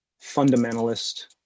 fundamentalist